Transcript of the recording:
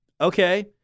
Okay